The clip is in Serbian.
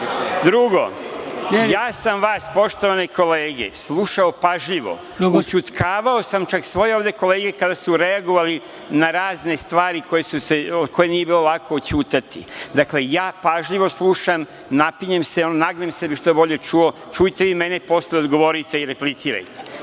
pričam. Drugo, ja sam vas, poštovane kolege, slušao pažljivo, ućutkavao sam čak svoje ovde kolege kada su reagovali na razne stvari oko kojih nije bilo lako oćutati. Dakle, ja pažljivo slušam, napinjem se, nagnem se da bi što bolje čuo, čujte i vi mene, pa posle odgovorite i replicirajte. Šta